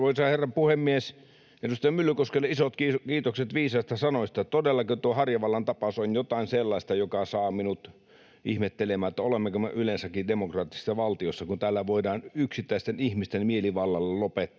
Arvoisa herra puhemies! Edustaja Myllykoskelle isot kiitokset viisaista sanoista. Todellakin tuo Harjavallan tapaus on jotain sellaista, joka saa minut ihmettelemään, olemmeko me yleensäkään demokraattisessa valtiossa, kun täällä voidaan yksittäisten ihmisten mielivallalla lopettaa